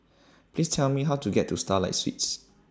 Please Tell Me How to get to Starlight Suites